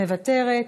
מוותרת,